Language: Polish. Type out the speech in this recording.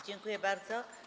Dziękuję bardzo.